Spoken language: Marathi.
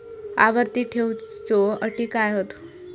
आवर्ती ठेव च्यो अटी काय हत?